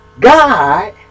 God